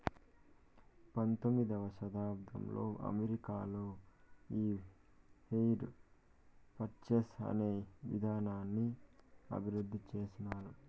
పంతొమ్మిదవ శతాబ్దంలో అమెరికాలో ఈ హైర్ పర్చేస్ అనే ఇదానాన్ని అభివృద్ధి చేసినారు